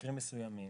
במקרים מסוימים,